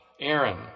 aaron